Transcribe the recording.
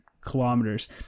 kilometers